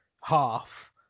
half